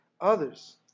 others